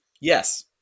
yes